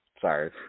Sorry